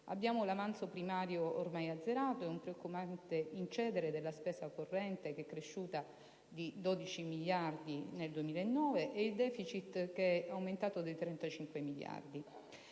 un avanzo primario ormai azzerato, un preoccupante incedere della spesa corrente, che è cresciuta di 12 miliardi nel 2009, e il *deficit* che è aumentato di 35 miliardi.